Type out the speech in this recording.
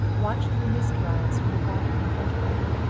watched the mist rise from the water in front of them.